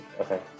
Okay